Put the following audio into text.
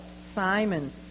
simon